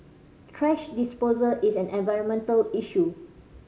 thrash disposal is an environmental issue